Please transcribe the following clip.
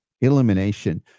elimination